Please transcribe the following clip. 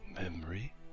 memory